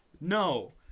No